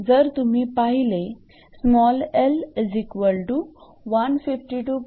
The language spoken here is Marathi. जर तुम्ही पाहिले 𝑙152